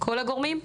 כל הגורמים?